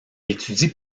étudie